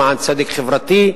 למען צדק חברתי,